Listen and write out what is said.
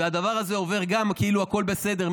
והדבר הזה עובר כאילו הכול בסדר,